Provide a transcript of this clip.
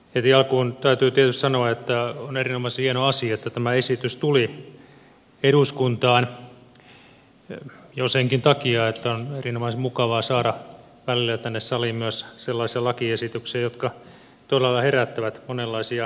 heti alkuun täytyy tietysti sanoa että on erinomaisen hieno asia että tämä esitys tuli eduskuntaan jo senkin takia että on erinomaisen mukavaa saada välillä tänne saliin myös sellaisia lakiesityksiä jotka todella herättävät monenlaisia intohimoja